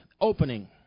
Opening